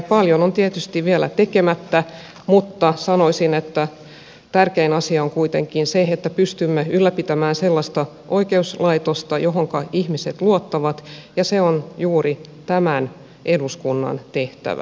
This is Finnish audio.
paljon on tietysti vielä tekemättä mutta sanoisin että tärkein asia on kuitenkin se että pystymme ylläpitämään sellaista oikeuslaitosta johon ihmiset luottavat ja se on juuri tämän eduskunnan tehtävä